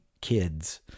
kids